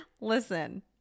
listen